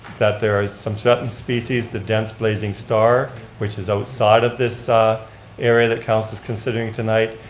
that there are some threatened species, the dense blazing star, which is outside of this area that council is considering tonight,